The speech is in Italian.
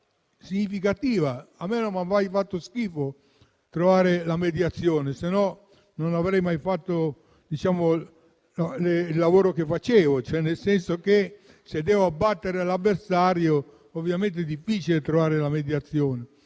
significativa e a me non ha mai fatto schifo trovare la mediazione, altrimenti non avrei mai fatto il lavoro che ho fatto. Se devo abbattere l'avversario, ovviamente è difficile trovare la mediazione.